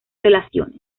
relaciones